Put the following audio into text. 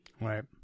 Right